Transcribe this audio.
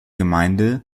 gemeinde